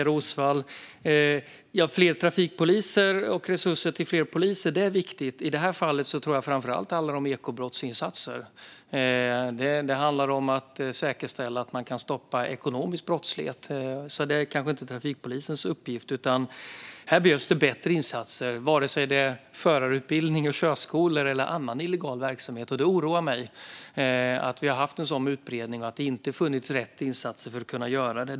Fru talman! Tack, Jessika Roswall! Ja, resurser till polisen och till fler trafikpoliser är viktigt. I det här fallet tror jag dock att det framför allt handlar om ekobrottsinsatser. Det handlar om att säkerställa att man kan stoppa ekonomisk brottslighet, och det kanske inte är trafikpolisens uppgift. Här behövs det bättre insatser, vare sig det handlar om förarutbildning och körskolor eller annan illegal verksamhet. Det oroar mig att detta haft en sådan utbredning och att det inte funnits rätt insatser för att kunna stoppa det.